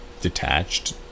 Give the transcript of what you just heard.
detached